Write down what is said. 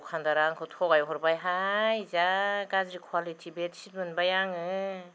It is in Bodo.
दखानदारआ आंखौ थगाय हरबाय हाय जा गाज्रि कुवालिटि बेड शिट आंङो